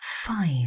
five